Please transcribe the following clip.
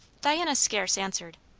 diana scarce answered.